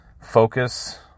focus